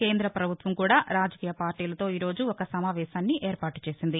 కేంద్ర పభుత్వం కూడా రాజకీయ పార్టీలతో ఈ రోజు ఒక సమావేశాన్ని ఏర్పాటు చేసింది